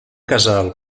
casal